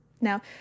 Now